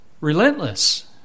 Relentless